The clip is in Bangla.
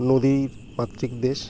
নদীমাতৃক দেশ